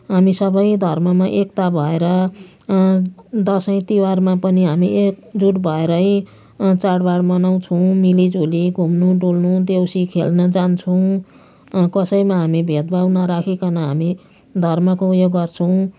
अनि सबै धर्ममा एकता भएर दसैँ तिहारमा पनि हामी एकजुट भएरै चाडबाड मनाउँछौँ मिलिजुली घुम्नु डुल्नु देउसी खेल्न जान्छौँ कसैमा हामी भेदभाव नराखीकन हामी धर्मको उयो गर्छौँ